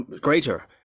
greater